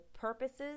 purposes